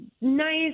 nice